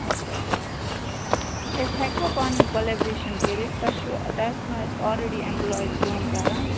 اَچھا أسۍ ہٮ۪کوا پانہٕ ؤنۍ کۄلٮ۪بریشن کٔرِتھ تۄہہِ چھُو تۄہہِ آسِنو اَتہِ آلریٚڈی اٮ۪مپُلایِز کٲم کَران